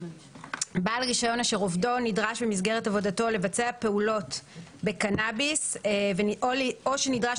אשר עובדו נדרש במסגרת עבודתו לבצע פעולות בקנאביס או שנדרש